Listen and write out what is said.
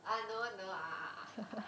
ah no no ah ah ah